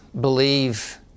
believe